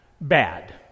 bad